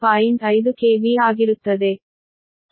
5 KV ಆಗಿರುತ್ತದೆ